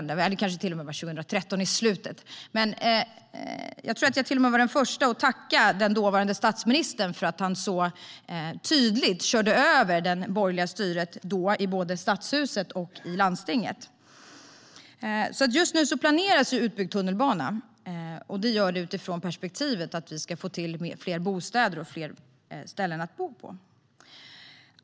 Det kanske till och med var i slutet av 2013. Jag tror att jag var den första att tacka dåvarande statsministern för att han tydligt körde över det dåvarande borgerliga styret i både stadshuset och landstinget. Just nu planeras det alltså för utbyggd tunnelbana, för att vi ska få fler bostäder och ställen att bo på.